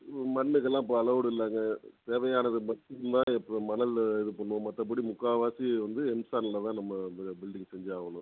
இப்போ மண்ணுக்கு எல்லாம் இப்போ அலோடு இல்லைங்க தேவையானது இப்போ மணல் இது பண்ணுவோம் மற்றப்படி முக்கால்வாசி வந்து எம்சேண்டில் தான் நம்ம வந்து பில்டிங் செஞ்சாகணும்